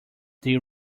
they